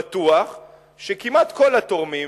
אני בטוח שכמעט כל התורמים,